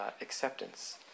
acceptance